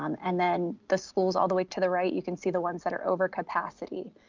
um and then the schools all the way to the right, you can see the ones that are overcapacity.